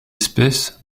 espèce